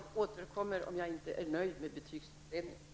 Herr talman! Jag återkommer om jag inte är nöjd med betygsutredningen.